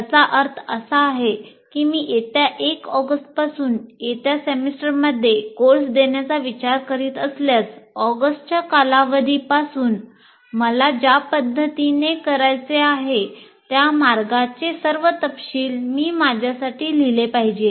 याचा अर्थ असा की मी येत्या 1 ऑगस्टपासून येत्या सेमिस्टरमध्ये कोर्स देण्याचा विचार करीत असल्यास ऑगस्टच्या कालावधी पासून मला ज्या पद्धतीने करायचे आहे त्या मार्गाचे सर्व तपशील मी माझ्यासाठी लिहिले पाहिजे